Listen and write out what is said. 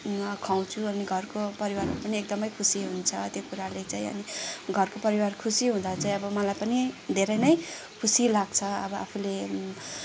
खुवाउँछु अनि घरको परिवारमा पनि एकदमै खुसी हुन्छ त्यो कुराले चाहिँ अनि घरको परिवार खुसी हुँदा चाहिँ अब मलाई पनि धेरै नै खुसी लाग्छ अब आफूले